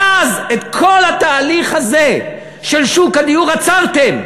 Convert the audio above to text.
ואז, את כל התהליך הזה של שוק הדיור עצרתם.